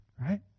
Right